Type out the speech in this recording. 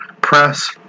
press